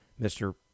Mr